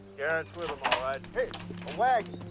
garrett's with them alright. hey, a wagon.